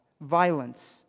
Violence